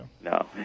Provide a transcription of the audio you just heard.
No